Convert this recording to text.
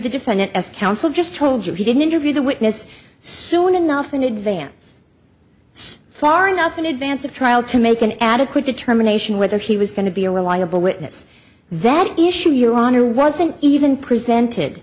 the defendant as counsel just told you he didn't interview the witness soon enough in advance it's far enough in advance of trial to make an adequate determination whether he was going to be a reliable witness that issue your honor wasn't even presented